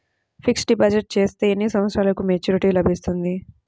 Fixed deposit చేస్తే ఎన్ని సంవత్సరంకు మెచూరిటీ లభిస్తుంది?